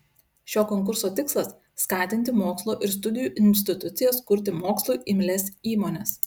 šio konkurso tikslas skatinti mokslo ir studijų institucijas kurti mokslui imlias įmones